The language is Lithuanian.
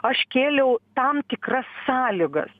aš kėliau tam tikras sąlygas